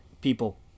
people